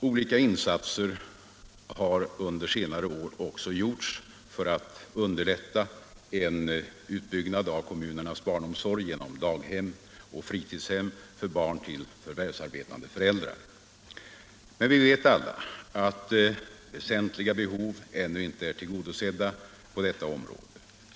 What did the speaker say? Stora insatser har under senare år också gjorts för att underlätta en utbyggnad av kommunernas barnomsorg genom daghem och fritidshem för barn till förvärvsarbetande föräldrar, men vi vet alla att väsentliga behov ännu inte är tillgodosedda på detta område.